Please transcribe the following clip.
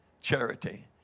charity